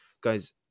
guys